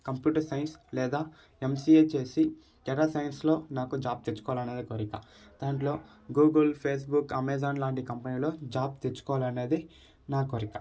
computer science లేదా MCA చేసి data సైన్సులో నాకు జాబ్ తెచ్చుకోవాలనేదే కోరిక దాంట్లో గూగుల్ ఫేస్బుక్ అమెజాన్ లాంటి కంపెనీలో జాబ్ తెచ్చుకోవాలనేదే నా కోరిక